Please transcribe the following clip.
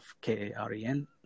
K-A-R-E-N